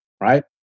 right